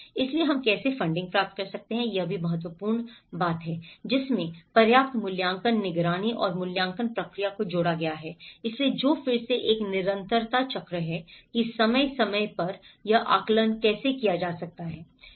इसलिए हम कैसे फंडिंग पैदा कर सकते हैं यह भी महत्वपूर्ण शब्द है जिसमें पर्याप्त मूल्यांकन निगरानी और मूल्यांकन प्रक्रिया को जोड़ा गया है इसलिए जो फिर से एक निरंतरता चक्र है कि समय समय पर यह आकलन कैसे कर सकता है